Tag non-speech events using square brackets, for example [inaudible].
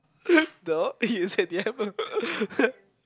[breath] no you said you haven't [laughs]